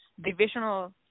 divisional